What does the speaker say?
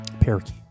Parakeet